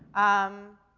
um,